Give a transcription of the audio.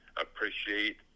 appreciate